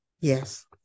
Yes